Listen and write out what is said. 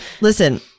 Listen